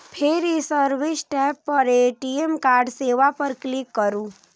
फेर ई service tab पर ए.टी.एम कार्ड सेवा पर क्लिक करू